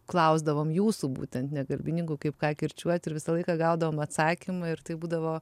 klausdavom jūsų būtent ne kalbininkų kaip ką kirčiuoti ir visą laiką gaudavom atsakymą ir tai būdavo